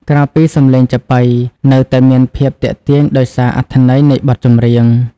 ក្រៅពីសម្លេង ចាប៉ីនៅតែមានភាពទាក់ទាញដោយសារ អត្ថន័យនៃបទចម្រៀង។